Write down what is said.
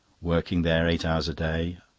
working their eight hours a day,